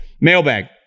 Mailbag